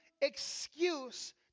excuse